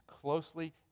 closely